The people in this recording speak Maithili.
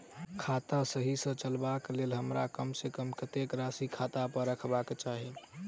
खाता सही सँ चलेबाक लेल हमरा कम सँ कम कतेक राशि खाता पर रखबाक चाहि?